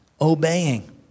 obeying